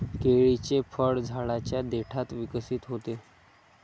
केळीचे फळ झाडाच्या देठात विकसित होते